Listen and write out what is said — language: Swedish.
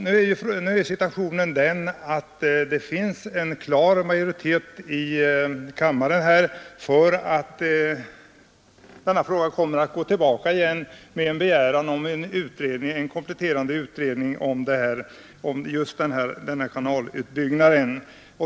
Nu är situationen den att det finns en klar majoritet i kammaren för att detta ärende skall gå tillbaka med begäran om en kompletterande utredning angående just den här kanalutbyggnaden.